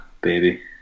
baby